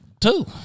two